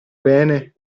bene